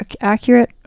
accurate